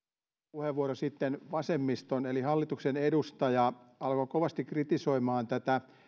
puheenvuoro sitten vasemmiston eli hallituksen edustaja alkoi kovasti kritisoimaan